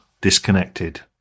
disconnected